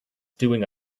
doing